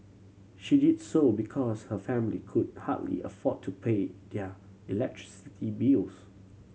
she did so because her family could hardly afford to pay their electricity bills